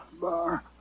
bar